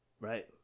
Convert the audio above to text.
right